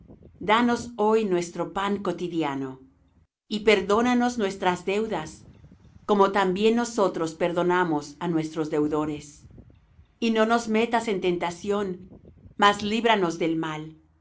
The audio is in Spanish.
danos hoy nuestro pan cotidiano y perdónanos nuestras deudas como también nosotros perdonamos á nuestros deudores y no nos metas en tentación mas líbranos del mal